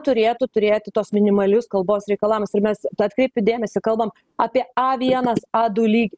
turėtų turėti tuos minimalius kalbos reikalavimus ir mes atkreipiu dėmesį kalbam apie a vienas a du lygį